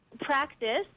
practice